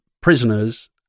prisoners